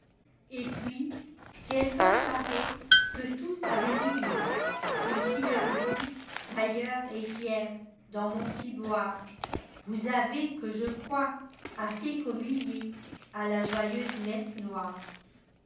et puis quelqu'un paraît que tous avaient nié et qui leur dit railleur et fier dans mon ciboire vous avez que je crois assez communié a la joyeuse messe noire